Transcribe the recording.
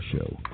show